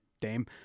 Dame